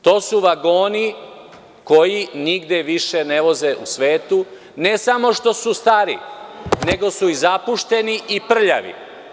To su vagoni koji nigde više ne voze u svetu, ne samo što su stari, nego su i zapušteni i prljavi.